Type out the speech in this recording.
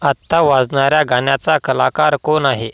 आत्ता वाजणाऱ्या गाण्याचा कलाकार कोण आहे